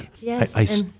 yes